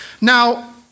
Now